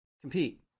compete